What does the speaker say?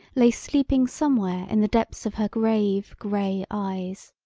lay sleeping somewhere in the depths of her grave, gray eyes.